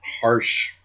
harsh